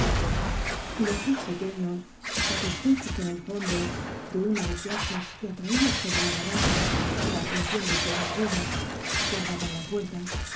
los dos pequeños satisfechos en el fondo de una desgracia que atraía sobre la barraca la atención de toda la vega guardaban la puerta